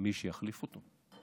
מי שיחליף אותו.